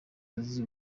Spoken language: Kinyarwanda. asize